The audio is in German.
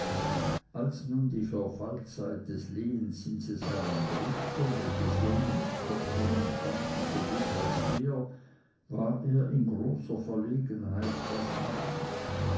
als nun die verfallzeit des lehnzinses heranrückte welche sohn und tochtermann kannten so gut als er war er in großer verlegenheit was machen